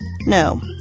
No